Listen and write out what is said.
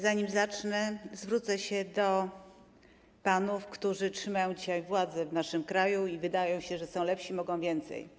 Zanim zacznę, zwrócę się do panów, którzy trzymają dzisiaj władzę w naszym kraju, i wydaje się, że są lepsi, mogą więcej.